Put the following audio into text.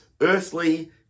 earthly